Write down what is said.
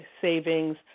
savings